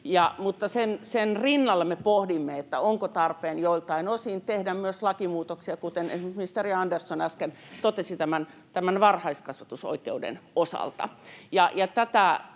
mutta sen rinnalla me pohdimme, onko tarpeen joiltain osin tehdä myös lakimuutoksia, kuten esimerkiksi ministeri Andersson äsken totesi tämän varhaiskasvatusoikeuden osalta. Tätä